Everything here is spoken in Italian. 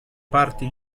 parti